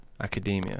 academia